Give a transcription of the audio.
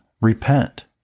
Repent